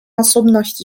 osobności